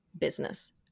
business